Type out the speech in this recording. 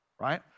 right